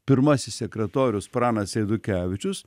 pirmasis sekretorius pranas eidukevičius